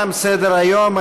תם סדר-היום.